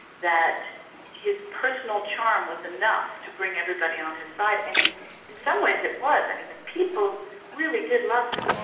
that his personal charm was enough to bring everybody on his side and in in some ways it was. i mean the people really did love him.